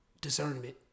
discernment